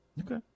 Okay